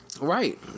Right